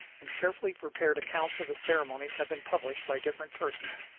and carefully prepared accounts of the ceremonies have been published by different persons.